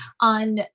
On